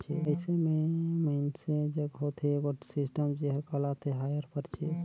अइसे में मइनसे जग होथे एगोट सिस्टम जेहर कहलाथे हायर परचेस